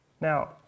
Now